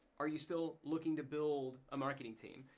are you still looking to build a marketing team?